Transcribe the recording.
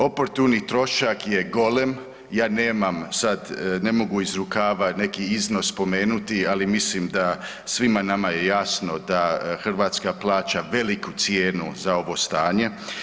Oportuni trošak je golem, ja nemam sad, ne mogu iz rukava neki iznos spomenuti, ali mislim da svima nama je jasno da Hrvatska plaća veliku cijenu za ovo stanje.